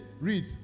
read